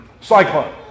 cyclone